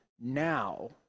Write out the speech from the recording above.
now